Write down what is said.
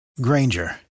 Granger